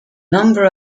number